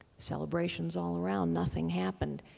celebrations all around. nothing happened.